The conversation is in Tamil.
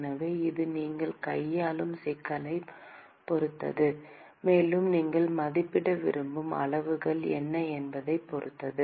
எனவே இது நீங்கள் கையாளும் சிக்கலைப் பொறுத்தது மேலும் நீங்கள் மதிப்பிட விரும்பும் அளவுகள் என்ன என்பதைப் பொறுத்தது